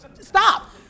Stop